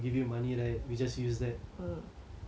but like அது வந்து:athu vanthu